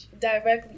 directly